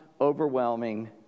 overwhelming